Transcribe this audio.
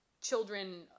children